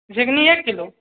झिगली एक किलो